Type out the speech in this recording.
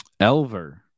Elver